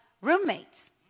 roommates